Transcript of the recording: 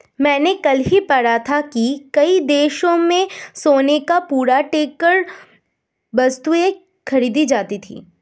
मैंने कल ही पढ़ा था कि कई देशों में सोने का चूरा देकर वस्तुएं खरीदी जाती थी